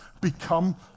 become